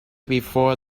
before